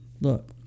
Look